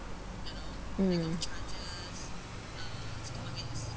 mm